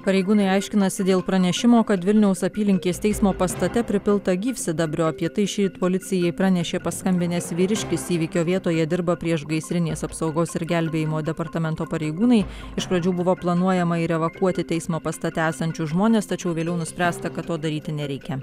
pareigūnai aiškinasi dėl pranešimo kad vilniaus apylinkės teismo pastate pripilta gyvsidabrio apie tai šįryt policijai pranešė paskambinęs vyriškis įvykio vietoje dirba priešgaisrinės apsaugos ir gelbėjimo departamento pareigūnai iš pradžių buvo planuojama ir evakuoti teismo pastate esančius žmones tačiau vėliau nuspręsta kad to daryti nereikia